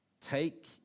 Take